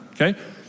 Okay